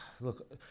look